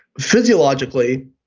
physiologically,